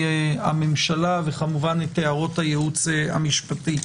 הממשלה וכמובן את הערות הייעוץ המשפטי.